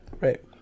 right